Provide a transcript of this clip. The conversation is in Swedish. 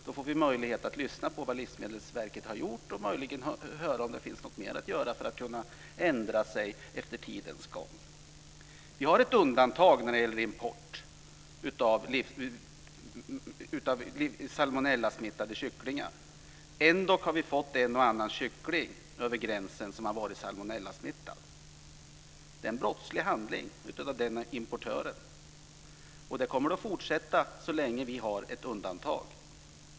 Då får vi möjlighet att lyssna på vad Livsmedelsverket har gjort och möjligen höra om det finns något mer att göra för att kunna ändra sig efter tidens gång. Vi har ett undantag för att hindra import av salmonellasmittade kycklingar. Ändock har vi fått en och annan kyckling över gränsen som har varit salmonellasmittad. Det är en brottslig handling av importören. Det kommer att fortsätta så länge vi har ett undantag.